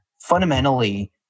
fundamentally